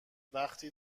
وقتی